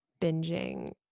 binging